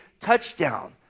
touchdown